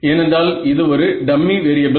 ஏனென்றால் இது ஒரு டம்மி வேரியபல்